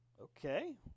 Okay